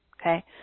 okay